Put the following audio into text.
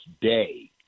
day